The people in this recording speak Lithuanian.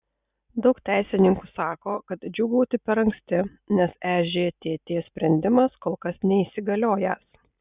daug teisininkų sako kad džiūgauti per anksti nes ežtt sprendimas kol kas neįsigaliojęs